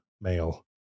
male